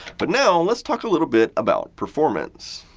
but now, let's talk a little bit about performance.